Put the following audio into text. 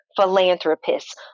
philanthropists